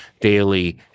daily